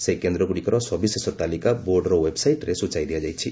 ସେହି କେନ୍ଦ୍ରଗୁଡ଼ିକର ସବିଶେଷ ତାଲିକା ବୋର୍ଡରେ ଓ୍ୱେବସାଇଟ୍ରେ ସୂଚାଇ ଦିଆଯାିଛି